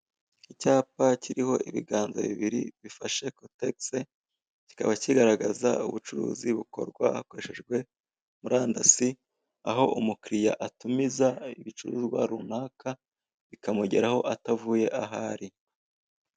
Icyapa kiriho ibiganza bibiri bifashe kotekise, kikiba kigaragaza ubucuruzi bukorwa hakoreshwejwe murandasi, aho umukiriya atumiza ibicuruzwa runaka, bikamugeraho atavuye aho ari.